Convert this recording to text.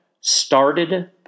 started